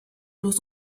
los